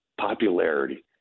popularity